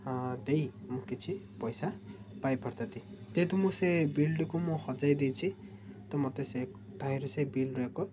ହଁ ଦେଇ ମୁଁ କିଛି ପଇସା ପାଇ ପାରିଥାନ୍ତି ଯେହେତୁ ମୁଁ ସେ ବିଲ୍ଟିକୁ ମୁଁ ହଜାଇ ଦେଇଛି ତ ମୋତେ ସେ ତାହିଁରୁ ସେ ବିଲ୍ରୁ ଏକ